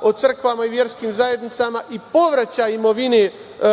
o crkvama i verskim zajednicama i povraćaj imovine